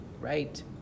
right